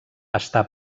està